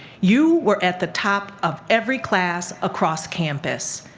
you were at the top of every class across campus.